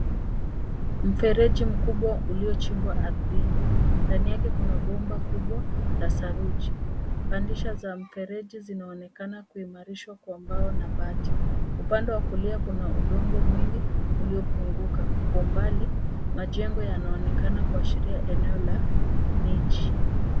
Mfereji mkubwa uliochimbwa ardhini. Ndani yake kuna bomba kubwa la saruji. Pandisha za mfereji zinaonekana kuimarishwa kwa mbao na bati. Upande wa kulia kuna udongo mwingi uliofunguka. Kwa umbali, majengo yanaonekana kuashiria eneo la mji.